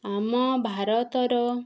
ଆମ ଭାରତର